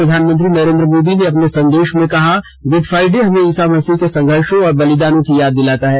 प्रधानमंत्री नरेन्द्र मोदी ने अपने संदेश में कहा गुड फ़ाइडे हमें ईसा मसीह के संघर्षों और बलिदानों की याद दिलाता है